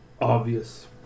obvious